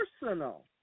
personal